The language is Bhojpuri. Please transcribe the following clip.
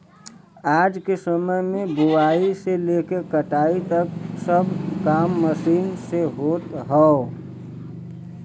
आज के समय में बोआई से लेके कटाई तक सब काम मशीन से होत हौ